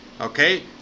Okay